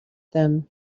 them